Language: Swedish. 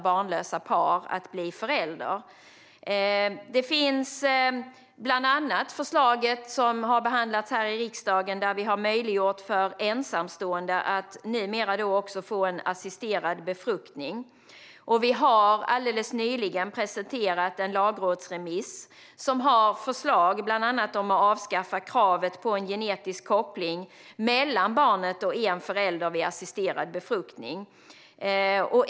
Bland annat har regeringen och riksdagen möjliggjort för ensamstående att få assisterad befruktning. Regeringen har också nyligen presenterat en lagrådsremiss med förslag på att avskaffa kravet på en genetisk koppling mellan barnet och en förälder vid assisterad befruktning.